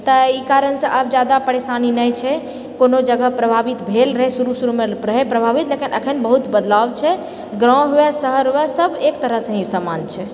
तऽ ई कारणसँ आब जादा परेशानी नहि छै कोनो जगह प्रभावित भेल रहै शुरू शुरूमे रहै प्रभावित लेकिन एखनि बहुत बदलाव छै गाँव हुए शहर हुए सब एक तरहसँ ही समान छै